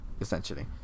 essentially